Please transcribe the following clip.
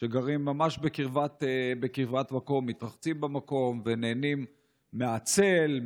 שגרים ממש בקרבת מקום, מתרחצים במקום ונהנים מהצל,